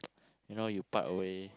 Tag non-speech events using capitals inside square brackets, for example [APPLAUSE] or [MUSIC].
[NOISE] you know you part away